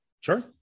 Sure